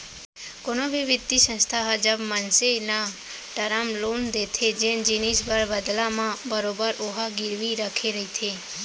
कोनो भी बित्तीय संस्था ह जब मनसे न टरम लोन देथे जेन जिनिस बर बदला म बरोबर ओहा गिरवी रखे रहिथे